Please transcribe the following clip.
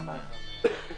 מה הבעיה?